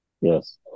Yes